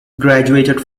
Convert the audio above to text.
graduated